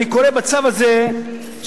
אני קורא בצו הזה שסרטנים,